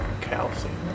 calcium